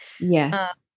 Yes